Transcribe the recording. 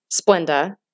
Splenda